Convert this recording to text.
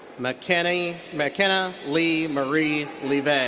makenna leigh makenna leigh marie levy.